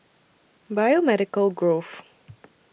Biomedical Grove